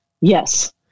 Yes